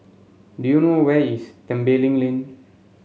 do you know where is Tembeling Lane